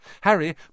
Harry